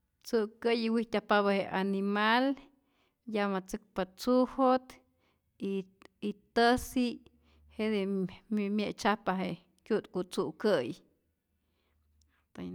Tzu'kä'yi wijtyajpapä je animal yamatzäkpa tzujot y y täjsi' jete' mi mi mye'tzyajpa ku'tku tzu'kä'yi.